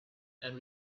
and